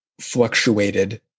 fluctuated